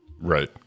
Right